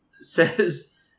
says